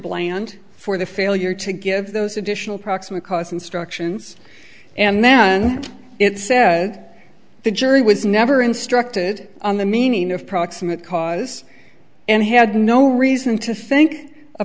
bland for the failure to give those additional proximate cause instructions and then it said the jury was never instructed on the meaning of proximate cause and had no reason to think